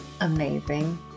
Amazing